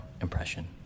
impression